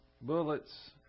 Bullets